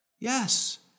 Yes